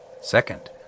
Second